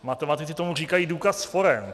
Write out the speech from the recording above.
Matematici tomu říkají důkaz sporem.